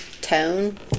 tone